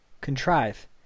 contrive